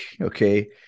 Okay